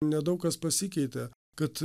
nedaug kas pasikeitė kad